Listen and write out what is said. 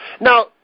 Now